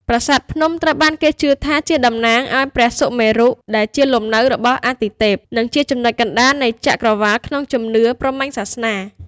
ប្រាសាទភ្នំត្រូវបានគេជឿថាជាតំណាងឱ្យ ភ្នំព្រះសុមេរុ ដែលជាលំនៅរបស់អាទិទេព និងជាចំណុចកណ្តាលនៃចក្រវាឡក្នុងជំនឿព្រហ្មញ្ញសាសនា។